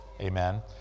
Amen